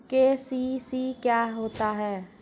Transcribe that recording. KCC क्या होता है?